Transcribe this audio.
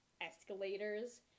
escalators